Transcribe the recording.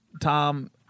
Tom